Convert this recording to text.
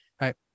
right